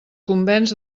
convenç